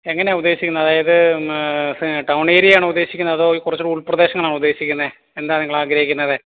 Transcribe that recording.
എങ്ങനാണ് ഉദ്ദേശിക്കുന്നത് അതായത് ടൗണേര്യാണോ ഉദ്ദേശിക്കുന്നത് അതോ കുറച്ചൂടെ ഉൾപ്രദേശങ്ങളാണോ ഉദ്ദേശിക്കുന്നത് എന്താ നിങ്ങൾ ആഗ്രഹിക്കുന്നത്